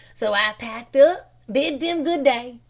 so i packed up, bid them good-day,